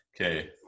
Okay